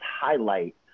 highlight